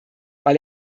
weil